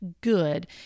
good